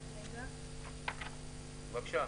בבקשה.